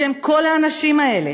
בשם כל האנשים האלה